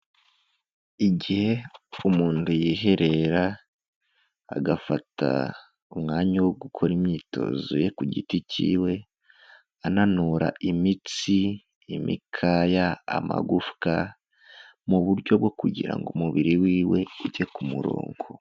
Igihe umuntu yiherera agafata umwanya wo gukora imyitozo ye ku giti kiwe, ananura imitsi, imikaya, amagufwa mu buryo bwo kugira ngo umubiri wiwe ujye ku murongo.